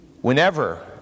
Whenever